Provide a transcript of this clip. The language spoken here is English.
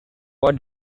what